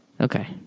Okay